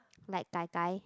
like Gai-Gai